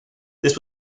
this